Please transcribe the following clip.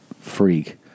freak